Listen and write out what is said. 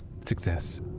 success